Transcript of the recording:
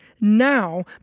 now